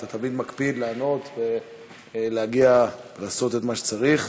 אתה תמיד מקפיד לענות ולהגיע לעשות את מה שצריך.